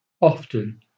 Often